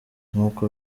nk’uko